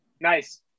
Nice